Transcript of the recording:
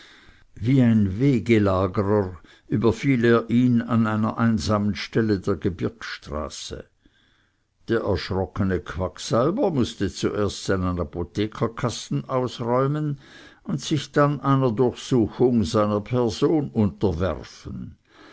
wie ein wegelagerer überfiel er ihn an einer einsamen stelle der gebirgsstraße der erschrockene quacksalber mußte zuerst seinen apothekerkasten ausräumen und sich dann einer durchsuchung seiner person unterwerfen